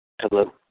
Hello